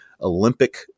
Olympic